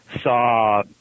saw